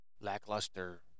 lackluster